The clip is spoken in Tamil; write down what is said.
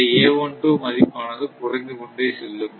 இந்த மதிப்பானது குறைந்து கொண்டே செல்லும்